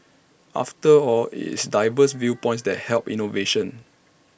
after all IT is diverse viewpoints that help innovation